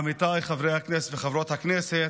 עמיתיי חברי הכנסת וחברות הכנסת,